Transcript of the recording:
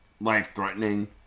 life-threatening